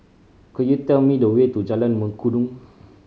could you tell me the way to Jalan Mengkudu